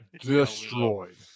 destroyed